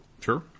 Sure